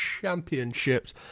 Championships